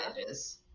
edges